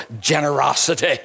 generosity